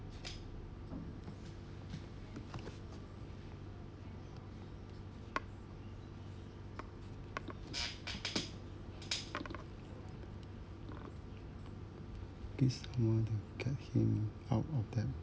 this one uh get him out of debt